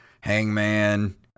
Hangman